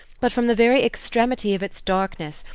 but, from the very extremity of its darkness,